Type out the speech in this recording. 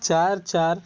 चार चार